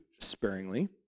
sparingly